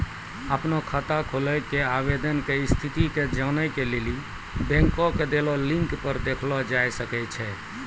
अपनो खाता खोलै के आवेदन के स्थिति के जानै के लेली बैंको के देलो लिंक पे देखलो जाय सकै छै